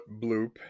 Bloop